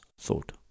thought